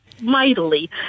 mightily